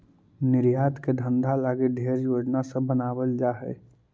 निर्यात के धंधा लागी ढेर योजना सब बनाबल जा हई